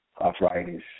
arthritis